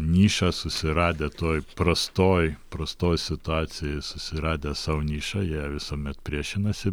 nišą susiradę toj prastoj prastoj situacijoj susiradę sau nišą jie visuomet priešinasi